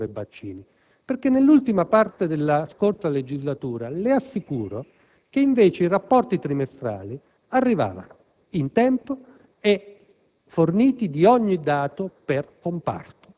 che a presiedere questa seduta fosse il senatore Baccini), perché nell'ultima parte della scorsa legislatura le assicuro che invece i rapporti trimestrali arrivavano in tempo e